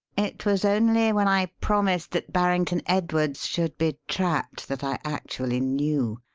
it was only when i promised that barrington-edwards should be trapped, that i actually knew.